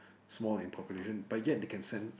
small in population but yet they can send